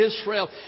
Israel